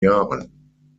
jahren